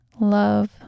Love